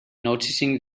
noticing